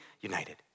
united